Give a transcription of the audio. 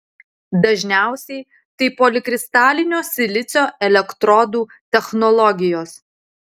dažniausiai tai polikristalinio silicio elektrodų technologijos